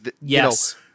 Yes